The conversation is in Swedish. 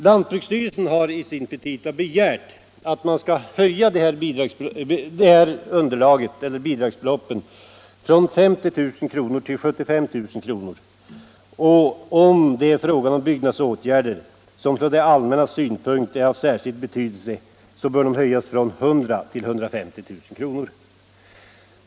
Lantbruksstyrelsen har i sina petita begärt en höjning av det högsta bidragsbeloppet från 50 000 till 75 000 kr. och när det gäller byggnadsåtgärder som från det allmännas synpunkt är av särskild betydelse från 100 000 till 150 000 kr.